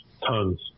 Tons